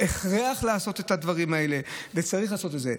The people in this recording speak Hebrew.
הכרח לעשות את הדברים האלה וצריך לעשות את זה.